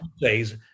days